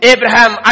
Abraham